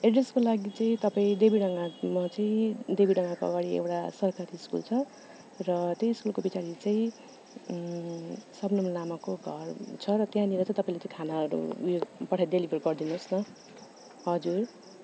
एड्रेसको लागि चाहिँ तपाईँ देबीडङ्गामा चाहिँ देबीडङ्गाको अगाडि एउटा सरकारी स्कुल छ र त्यही स्कुलको पछाडि चाहिँ सबनम लामाको घर छ र त्यहाँनेर चाहिँ तपाईँले त्यो खानाहरू उयो पठाई डेलिभर गरिदिनु होस् न हजुर